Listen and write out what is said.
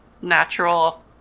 Natural